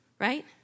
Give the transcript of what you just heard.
right